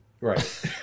Right